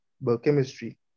biochemistry